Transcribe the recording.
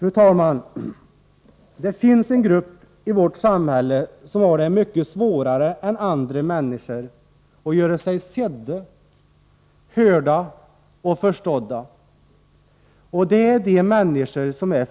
Fru talman! Det finns en grupp i vårt samhälle som har det mycket svårare än andra människor att göra sig sedda, hörda och förstådda — de flerhandikappade människorna.